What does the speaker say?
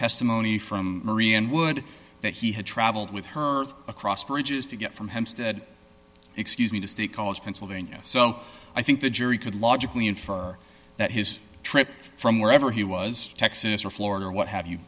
testimony from maria and wood that he had traveled with her across bridges to get from hempstead excuse me to state college pennsylvania so i think the jury could logically infer that his trip from wherever he was to texas or florida or what have you